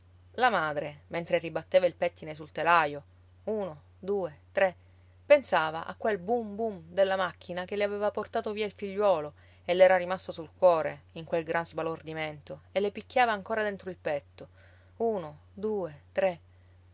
la madre mentre ribatteva il pettine sul telaio uno due tre pensava a quel bum bum della macchina che le aveva portato via il figliuolo e le era rimasto sul cuore in quel gran sbalordimento e le picchiava ancora dentro il petto uno due tre